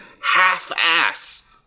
half-ass